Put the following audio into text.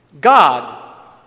God